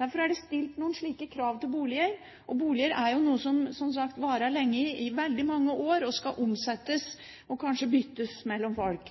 Derfor er det stilt noen krav til boliger, og boliger er, som sagt, noe som varer lenge, i veldig mange år, og skal omsettes og kanskje byttes mellom folk.